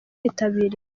yitabiriye